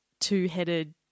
two-headed